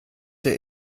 der